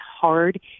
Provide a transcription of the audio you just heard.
hard